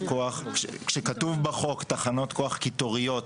כשכתוב בחוק "תחנות כוח קיטוריות",